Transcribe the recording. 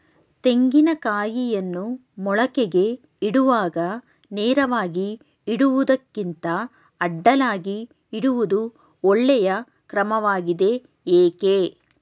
ತೆಂಗಿನ ಕಾಯಿಯನ್ನು ಮೊಳಕೆಗೆ ಇಡುವಾಗ ನೇರವಾಗಿ ಇಡುವುದಕ್ಕಿಂತ ಅಡ್ಡಲಾಗಿ ಇಡುವುದು ಒಳ್ಳೆಯ ಕ್ರಮವಾಗಿದೆ ಏಕೆ?